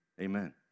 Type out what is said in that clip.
Amen